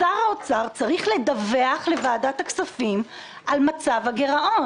שר האוצר צריך לדווח לוועדת הכספים על מצב הגרעון.